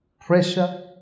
pressure